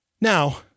Now